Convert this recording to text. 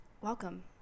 Welcome